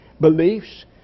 beliefs